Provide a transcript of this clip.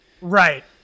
Right